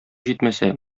җитмәсә